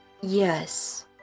...yes